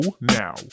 now